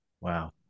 wow